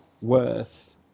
worth